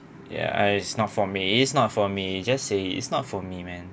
ya I it's not for me it's not for me just say it's not for me man